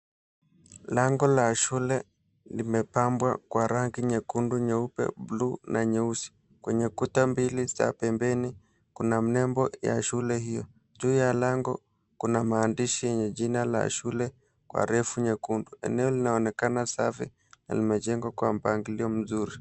Lango la shule limepambwa kwa rangi nyekundu, nyeupe, buluu na nyeusi. Kwenye kuta mbili za pembeni kuna nembo ya shule hiyo. Juu ya lango kuna maandishi yenye jina ya shule kwa herufi nyekundu. Eneo linaonekana safi na limejengwa kwa mpangilio mzuri.